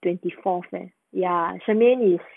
twenty fourth leh ya shermaine is